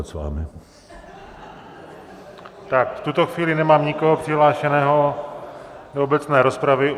V tuto chvíli nemám nikoho přihlášeného do obecné rozpravy.